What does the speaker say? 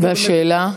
והשאלה?